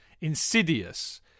insidious